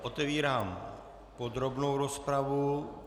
Otevírám podrobnou rozpravu.